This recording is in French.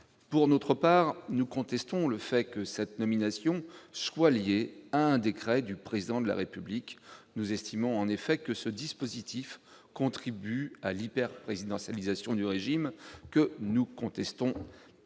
Pour notre part, nous contestons le fait que cette nomination soit liée à un décret du Président de la République. Nous estimons que ce dispositif contribue à l'hyperprésidentialisation du régime, que nous contestons